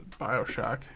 Bioshock